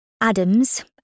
Adams